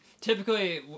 typically